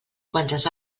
quantes